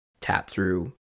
tap-through